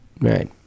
Right